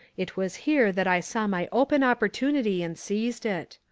it was here that i saw my open opportunity and seized it.